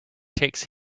takes